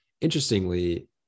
interestingly